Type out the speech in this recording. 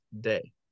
day